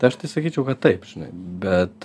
tai aš tai sakyčiau kad taip žinai bet